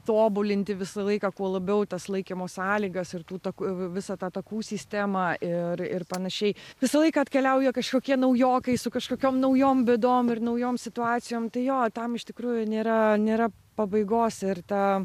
tobulinti visą laiką kuo labiau tas laikymo sąlygas ir tų tak e visą tą takų sistemą ir ir panašiai visą laiką atkeliauja kažkokie naujokai su kažkokiom naujom bėdom ir naujom situacijom tai jo tam iš tikrųjų nėra nėra pabaigos ir ta